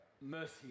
mercy